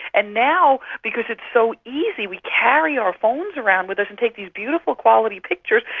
and now because it's so easy we carry our phones around with us and take these beautiful quality pictures,